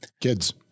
Kids